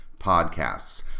podcasts